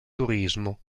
turismo